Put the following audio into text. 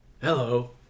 Hello